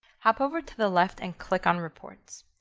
hop over to the left and click on reports.